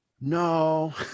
no